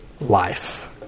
life